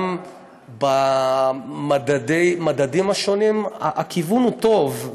גם במדדים השונים, הכיוון הוא טוב.